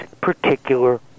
particular